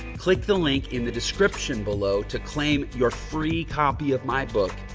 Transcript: click the link in the description below to claim your free copy of my book,